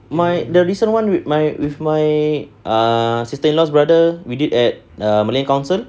my the recent one with my with my err sister in law's brother we did at err malay council